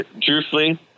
Truthfully